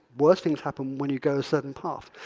worse things happen when you go a certain path,